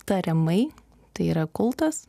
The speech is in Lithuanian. tariamai tai yra kultas